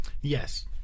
Yes